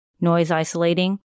noise-isolating